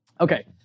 Okay